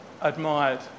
admired